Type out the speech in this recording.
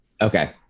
Okay